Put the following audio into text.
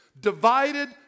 divided